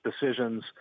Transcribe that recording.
decisions